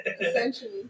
Essentially